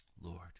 Lord